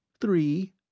Three